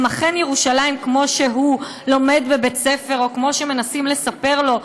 הן אכן ירושלים כמו שהוא לומד בבית-ספר או כמו שמנסים לספר לו,